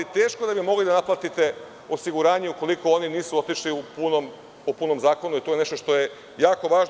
Teško da bi mogli da naplatite osiguranje ukoliko nisu otišli u punom zakonom i to je nešto što je jako važno.